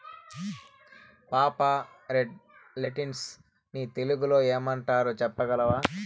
పాపా, red lentils ని తెలుగులో ఏమంటారు చెప్పగలవా